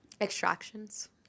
Extractions